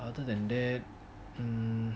other than that mmhmm